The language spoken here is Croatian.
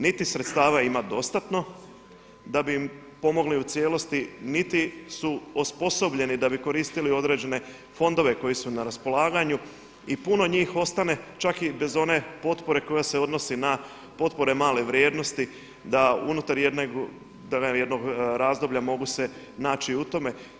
Niti sredstava ima dostatno da bi im pomogli u cijelosti niti su osposobljeni da bi koristili određene fondove koji su na raspolaganju i puno njih ostane čak i bez one potpore koja se odnosi na potpore male vrijednosti da unutar jednog razdoblja mogu se naći u tome.